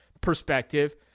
perspective